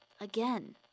Again